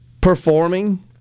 performing